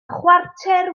chwarter